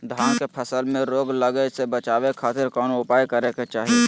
धान के फसल में रोग लगे से बचावे खातिर कौन उपाय करे के चाही?